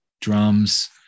drums